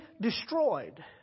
destroyed